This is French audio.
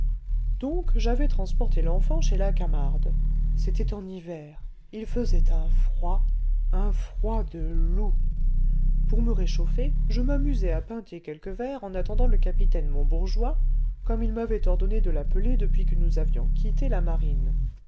donc j'avais transporté l'enfant chez la camarde c'était en hiver il faisait un froid un froid de loup pour me réchauffer je m'amusai à pinter quelques verres en attendant le capitaine mon bourgeois comme il m'avait ordonné de l'appeler depuis que nous avions quitté la marine